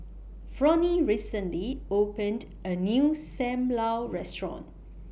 Fronie recently opened A New SAM Lau Restaurant